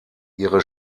ihre